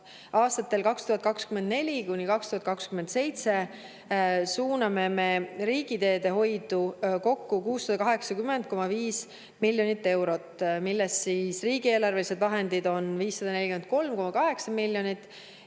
aastatel 2024–2027 suuname me riigiteede hoidu kokku 680,5 miljonit eurot, millest riigieelarvelised vahendid on 543,8 miljonit